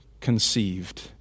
conceived